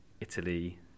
Italy